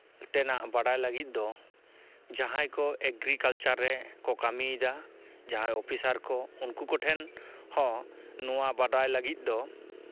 ᱛᱮᱱᱟᱜ ᱵᱟᱰᱟᱭ ᱞᱟᱹᱜᱤᱫ ᱫᱚ ᱡᱟᱦᱟᱸᱭ ᱠᱚ ᱮᱜᱽᱨᱤᱠᱟᱞᱪᱟᱨ ᱨᱮ ᱠᱚ ᱠᱟᱹᱢᱤᱭᱫᱟ ᱡᱟᱦᱟᱸᱭ ᱚᱯᱷᱤᱥᱟᱨ ᱠᱚ ᱩᱱᱠᱩ ᱠᱚᱴᱷᱮᱱ ᱦᱚᱸ ᱱᱚᱣᱟ ᱵᱟᱲᱟᱭ ᱞᱟᱹᱜᱤᱫ ᱫᱚ